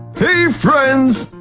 hey, friends!